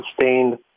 sustained